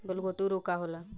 गलघोंटु रोग का होला?